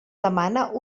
demana